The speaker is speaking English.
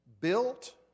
Built